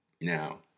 Now